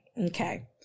Okay